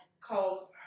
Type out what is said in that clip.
called